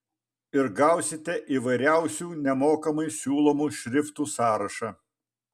ir gausite įvairiausių nemokamai siūlomų šriftų sąrašą